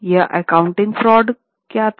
यह accounting fraud क्या था